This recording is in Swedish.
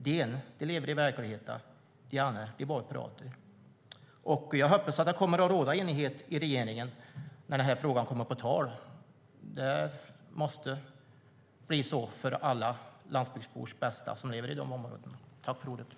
Den ena gruppen lever i verkligheten, och den andra bara pratar.